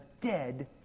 dead